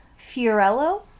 Fiorello